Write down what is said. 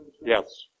Yes